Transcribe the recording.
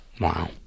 Wow